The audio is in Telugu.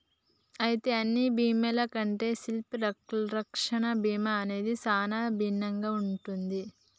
అయితే అన్ని బీమాల కంటే సెల్లింపు రక్షణ బీమా అనేది సానా భిన్నంగా ఉంటది